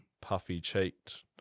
puffy-cheeked